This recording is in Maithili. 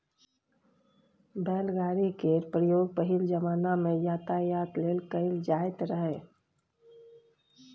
बैलगाड़ी केर प्रयोग पहिल जमाना मे यातायात लेल कएल जाएत रहय